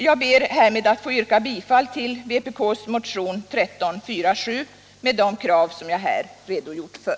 Jag ber härmed att få yrka bifall till vpk:s motion 1976/77:1347 med de krav som jag här redogjort för.